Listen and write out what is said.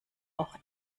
auch